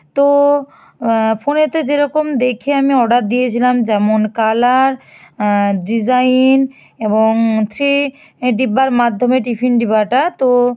তো ফোনেতে যেরকম দেখে আমি অর্ডার দিয়েছিলাম যেমন কালার ডিজাইন এবং থ্রি এ ডিব্বার মাধ্যমে টিফিন ডিবাটা তো